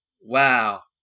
wow